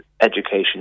education